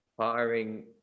hiring